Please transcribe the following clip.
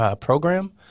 program